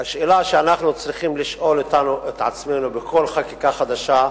השאלה שאנחנו צריכים לשאול את עצמנו בכל חקיקה חדשה: